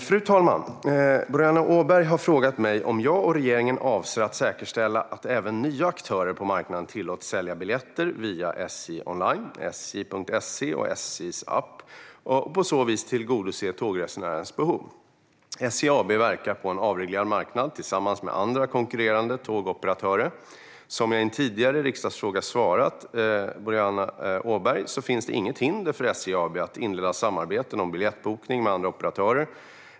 Fru talman! Boriana Åberg har frågat mig om jag och regeringen avser att säkerställa att även nya aktörer på marknaden tillåts sälja biljetter via SJ online, alltså via sj.se och SJ:s app, och på så vis tillgodose tågresenärernas behov. SJ AB verkar på en avreglerad marknad tillsammans med andra konkurrerande tågoperatörer. Som jag i en tidigare riksdagsfråga svarat Boriana Åberg finns det inget hinder för SJ AB att inleda samarbeten om biljettbokning med andra operatörer.